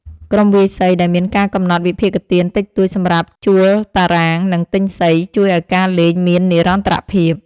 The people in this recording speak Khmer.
ក្រុមវាយសីដែលមានការកំណត់វិភាគទានតិចតួចសម្រាប់ជួលតារាង និងទិញសី ជួយឱ្យការលេងមាននិរន្តរភាព។